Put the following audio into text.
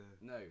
No